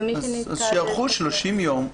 ומי שנתקל --- אז שייערכו 30 יום.